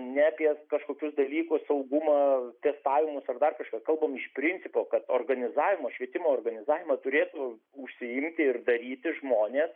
ne apie kažkokius dalykus saugumą testavimus ar dar kažką kalbam iš principo kad organizavimo švietimo organizavimą turėtų užsiimti ir daryti žmonės